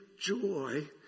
joy